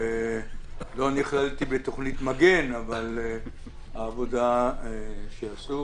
לא נכללתי בתוכנית מגן, אבל העבודה שעשו